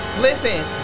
Listen